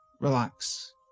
relax